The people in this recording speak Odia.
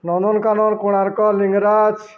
ନନ୍ଦନକାନନ କୋଣାର୍କ ଲିଙ୍ଗରାଜ